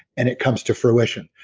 and it comes to fruition.